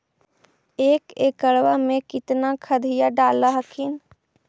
एक एकड़बा मे कितना खदिया डाल हखिन?